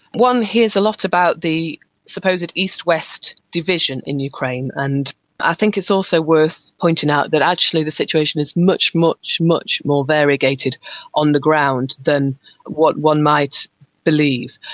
one hears a lot about the supposed east-west division in ukraine, and i think it's also worth pointing out that actually the situation is much, much, much more variegated on the ground than what one might believe,